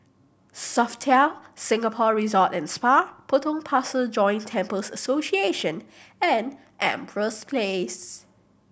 Sofitel Singapore Resort and Spa Potong Pasir Joint Temples Association and Empress Place